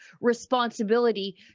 responsibility